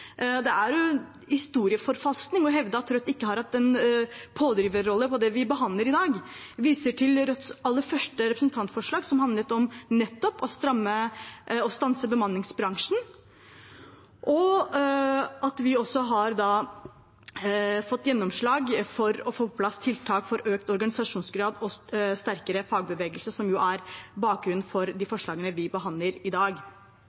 Det er historieforfalskning å hevde at Rødt ikke har hatt en pådriverrolle i det vi behandler i dag. Jeg viser til Rødts aller første representantforslag, som nettopp handlet om å stanse bemanningsbransjen, og at vi har fått gjennomslag for å få på plass tiltak for økt organisasjonsgrad og sterkere fagbevegelse, noe som jo er bakgrunnen for de forslagene vi behandler i dag.